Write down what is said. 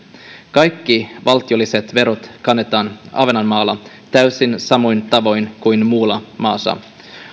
kaikki valtiolliset verot kannetaan ahvenanmaalla täysin samoin tavoin kuin muualla maassa